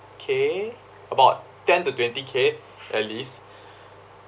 k about ten to twenty k at least